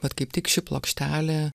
vat kaip tik ši plokštelė